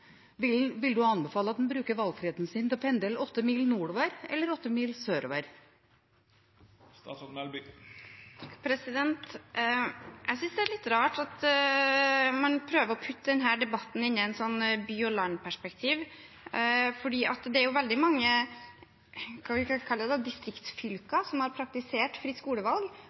vil statsråden da anbefale at en bruker valgfriheten sin til å pendle åtte mil? Jeg synes det er litt rart at man prøver å putte denne debatten inn i et by/land-perspektiv. Det er jo veldig mange – hva skal man kalle det – distriktsfylker som har praktisert fritt skolevalg,